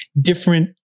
different